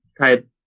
type